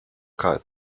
cut